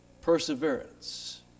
perseverance